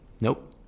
Nope